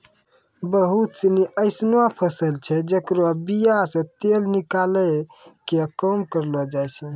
बहुते सिनी एसनो फसल छै जेकरो बीया से तेल निकालै के काम करलो जाय छै